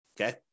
Okay